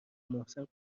محسن